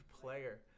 player